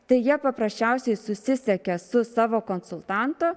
tai jie paprasčiausiai susisiekia su savo konsultantu